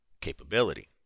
capability